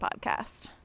podcast